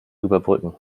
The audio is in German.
überbrücken